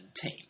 team